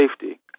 safety